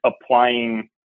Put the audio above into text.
applying